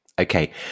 okay